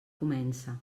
comença